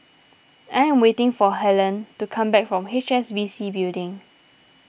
I am waiting for Helene to come back from H S B C Building